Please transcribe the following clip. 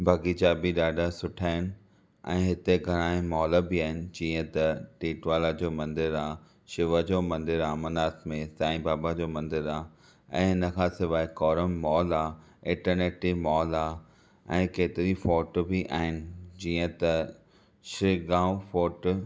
ॿागीचा बि ॾाढा सुठा आहिनि ऐं हिते घणा ई मॉल बि आहिनि जीअं त टिटवाला जो मंदरु आहे शिव जो मंदरु आहे अमरनाथ में सांई बाबा जो मंदरु आहे ऐ हिन खां सवाइ कोरम मॉल आहे इटरनिटी मॉल आहे ऐं केतिरी फोर्ट बि आहिनि जीअं त श्री गांव फोर्ट